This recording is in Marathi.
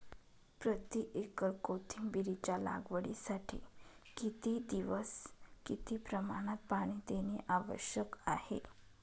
प्रति एकर कोथिंबिरीच्या लागवडीसाठी किती दिवस किती प्रमाणात पाणी देणे आवश्यक आहे?